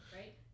right